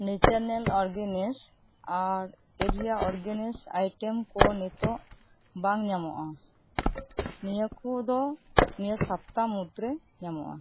ᱱᱮᱪᱟᱨᱱᱮᱞ organs ᱟᱨ area organs item ᱠᱚ ᱱᱤᱛᱚᱜ ᱵᱟᱝ ᱧᱟᱢᱚᱜᱼᱟ ᱱᱤᱭᱟᱹ ᱠᱚᱫᱚ ᱱᱤᱭᱟᱹ ᱥᱟᱯᱛᱟ ᱢᱚᱫᱽ ᱨᱮ ᱧᱟᱢᱚᱜᱼᱟ